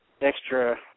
extra